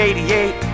88